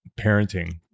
parenting